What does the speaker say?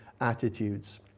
attitudes